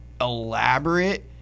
elaborate